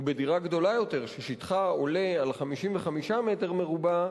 ובדירה גדולה יותר, ששטחה עולה על 55 מטר רבוע,